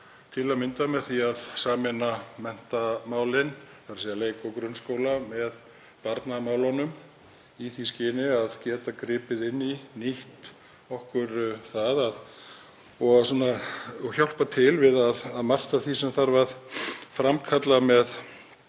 til að mynda með því að sameina menntamálin, þ.e. leikskóla og grunnskóla með barnamálunum, í því skyni að geta gripið inn í, nýtt okkur það og hjálpa til við að margt af því sem þarf að framkalla með